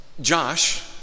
Josh